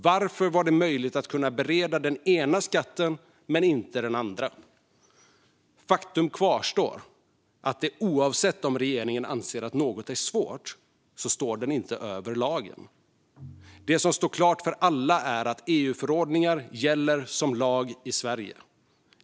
Varför var det möjligt att bereda den ena skatten men inte den andra? Faktum kvarstår, oavsett om den anser att något är svårt, att regeringen inte står över lagen. Det som står klart för alla är att EU-förordningar gäller som lag i Sverige.